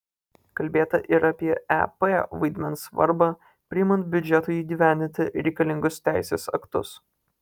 kalbėta ir apie ep vaidmens svarbą priimant biudžetui įgyvendinti reikalingus teisės aktus